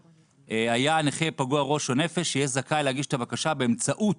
היה נכה פגוע ראש או נפש יהיה זכאי להגיש את הבקשה באמצעות